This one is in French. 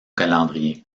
calendrier